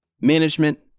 management